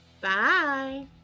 Bye